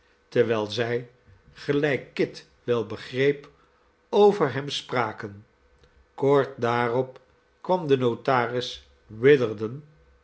terwijl zij gelijk kit wel begreep over hem spraken kort daarop kwam de notaris witherden